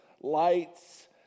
lights